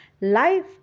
life